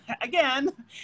again